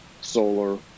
solar